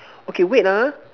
okay wait ah